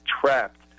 trapped